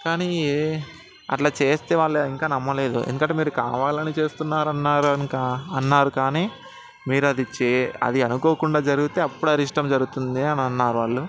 కానీ అట్లా చేస్తే వాళ్ళు ఇంకా నమ్మలేదు ఎందుకంటే మీరు కావాలని చేస్తున్నారన్నారు కానీ మీరది చే అది అనుకొకుండా జరిగితే అప్పుడు అరిష్టం జరుగుతుంది అని అన్నారు వాళ్ళు